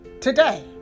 today